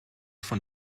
von